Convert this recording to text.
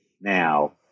now